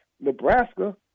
Nebraska